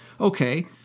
Okay